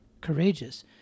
courageous